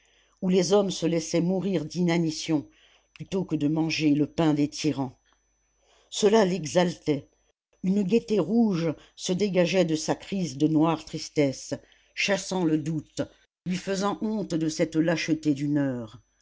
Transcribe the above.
où les hommes se laissaient mourir d'inanition plutôt que de manger le pain des tyrans cela l'exaltait une gaieté rouge se dégageait de sa crise de noire tristesse chassant le doute lui faisant honte de cette lâcheté d'une heure